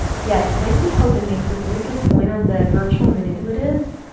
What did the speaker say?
yes, wendy hogan makes a really good point on the virtual manipulatives.